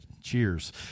cheers